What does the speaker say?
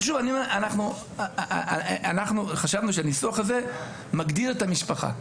אנחנו חשבנו שהניסוח הזה מגדיר את המשפחה.